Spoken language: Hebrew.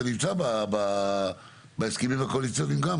זה נמצא בהסכמים הקואליציוניים גם,